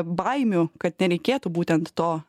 baimių kad nereikėtų būtent to